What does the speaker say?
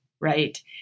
right